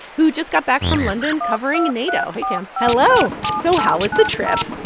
who just got back from london covering nato. hey, tam hello so how was the trip?